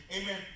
Amen